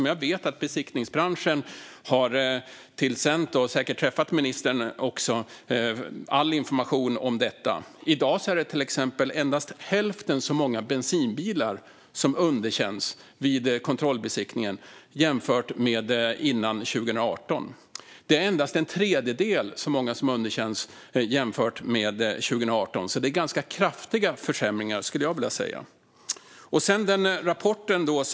Jag vet att besiktningsbranschen har tillsänt ministern all information om detta; man har säkert även träffat honom. I dag är det till exempel endast hälften så många bensinbilar som underkänns vid kontrollbesiktningen jämfört med hur det var före 2018. Det är endast en tredjedel så många som underkänns jämfört med 2018. Det är alltså ganska kraftiga försämringar, skulle jag vilja säga.